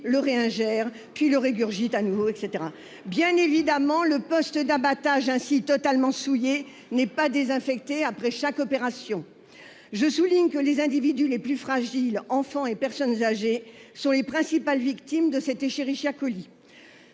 le réingère puis le régurgite de nouveau. Il y avait longtemps ! Bien évidemment, le poste d'abattage ainsi totalement souillé n'est pas désinfecté après chaque opération. Je souligne que les individus les plus fragiles- enfants et personnes âgées -sont les principales victimes d'. Cette affection